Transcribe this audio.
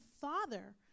Father